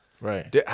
Right